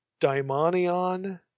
daimonion